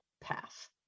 path